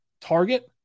target